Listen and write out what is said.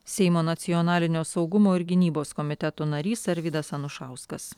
seimo nacionalinio saugumo ir gynybos komiteto narys arvydas anušauskas